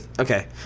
Okay